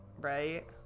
right